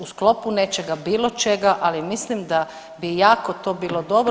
U sklopu nečega, bilo čega, ali mislim da bi jako to bilo dobro.